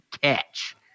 catch